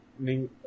Ning